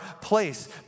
place